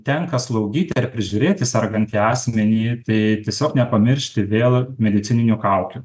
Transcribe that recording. tenka slaugyti ar prižiūrėti sergantį asmenį tai tiesiog nepamiršti vėl medicininių kaukių